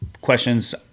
questions